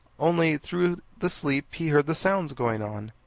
only through the sleep he heard the sounds going on.